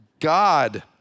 God